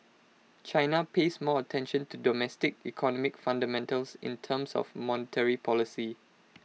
China pays more attention to domestic economic fundamentals in terms of monetary policy